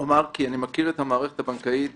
מכיר את המערכת הבנקאית